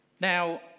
Now